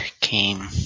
came